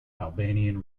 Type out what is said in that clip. albanian